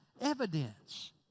evidence